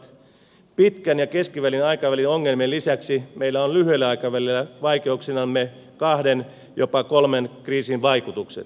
pitkän ja keskipitkän aikavälin ongelmien lisäksi meillä on lyhyellä aikavälillä vaikeuksinamme kahden jopa kolmen kriisin vaikutukset